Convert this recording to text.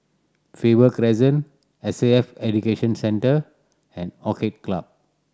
Faber Crescent S A F Education Centre and Orchid Club